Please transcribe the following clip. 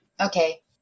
Okay